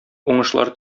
уңышлар